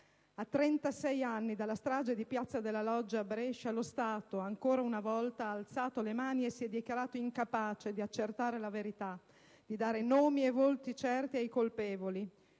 A 36 anni dalla strage di Piazza della Loggia a Brescia, lo Stato, ancora una volta, ha alzato le mani e si è dichiarato incapace di accertare la verità, di dare nomi e volti certi ai colpevoli;